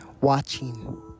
watching